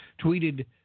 tweeted